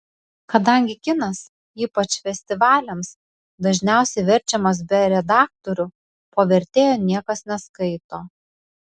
kadangi kinas ypač festivaliams dažniausiai verčiamas be redaktorių po vertėjo niekas neskaito